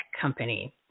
company